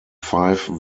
five